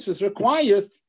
requires